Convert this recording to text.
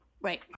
Right